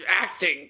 acting